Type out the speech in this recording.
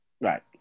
Right